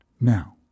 now